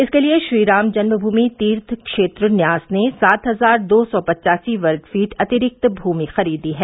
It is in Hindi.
इसके लिए श्रीराम जन्मभूमि तीर्थ क्षेत्र न्यास ने सात हजार दो सौ पचासी वर्ग फीट अतिरिक्त भूमि खरीदी है